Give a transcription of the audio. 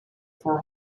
for